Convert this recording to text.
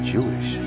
Jewish